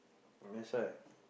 that's why